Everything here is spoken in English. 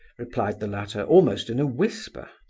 replied the latter, almost in a whisper.